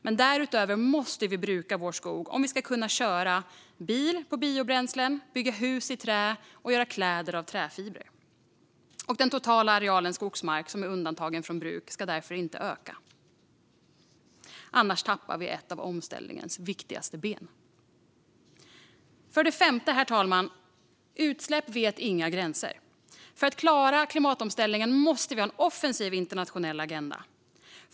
Men därutöver måste vi bruka vår skog om vi ska kunna köra bil på biobränslen, bygga hus i trä och göra kläder av träfiber. Den totala areal skogsmark som är undantagen från bruk ska därför inte öka. Annars tappar vi ett av omställningens viktigaste ben. För det femte, herr talman, vet utsläpp inga gränser. För att klara klimatomställningen måste vi ha en offensiv internationell agenda.